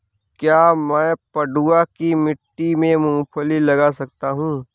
क्या मैं पडुआ की मिट्टी में मूँगफली लगा सकता हूँ?